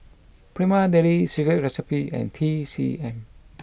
Prima Deli Secret Recipe and T C M